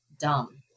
dumb